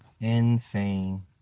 Insane